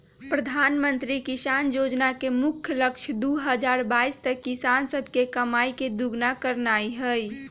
प्रधानमंत्री किसान जोजना के मुख्य लक्ष्य दू हजार बाइस तक किसान सभके कमाइ के दुगुन्ना करनाइ हइ